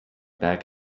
back